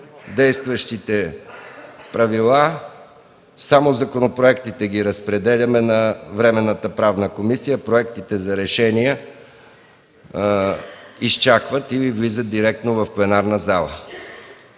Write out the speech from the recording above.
действащите правила само законопроектите разпределяме на Временната правна комисия, проектите за решения изчакват или влизат директно в пленарната зала.